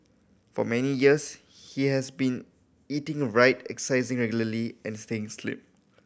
for many years he has been eating right exercising regularly and staying slim